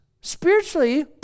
Spiritually